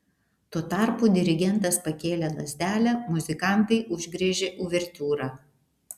tuo tarpu dirigentas pakėlė lazdelę muzikantai užgriežė uvertiūrą